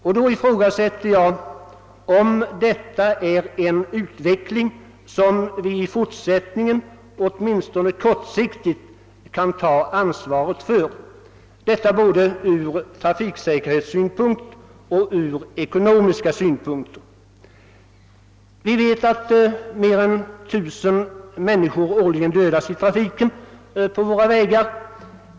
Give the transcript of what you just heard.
Jag ifrågasätter om detta är en utveckling som vi i fortsättningen — åtminstone kortsiktigt — kan ta ansvaret för från såväl trafiksäkerhetssynpunkt som ekonomiska synpunkter. Vi vet att mer än 1 000 människor årligen dödas i trafiken på våra vägar.